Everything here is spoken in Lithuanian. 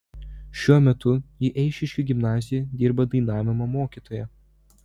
šiuo metu ji eišiškių gimnazijoje dirba dainavimo mokytoja